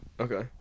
okay